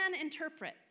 Interpret